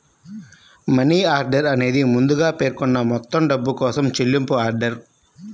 money order అనేది ముందుగా పేర్కొన్న మొత్తం డబ్బు కోసం చెల్లింపు ఆర్డర్